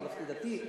ממלכתי-דתי,